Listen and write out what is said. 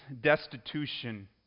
destitution